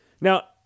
Now